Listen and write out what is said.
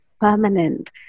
permanent